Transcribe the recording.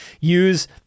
use